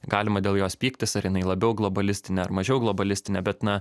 galima dėl jos pyktis ar jinai labiau globalistinė ar mažiau globalistinė bet na